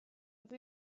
dydw